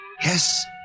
Yes